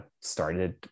started